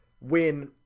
win